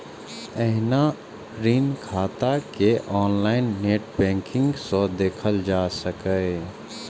एहिना ऋण खाता कें ऑनलाइन नेट बैंकिंग सं देखल जा सकैए